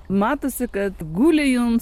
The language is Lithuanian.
matosi kad guli jums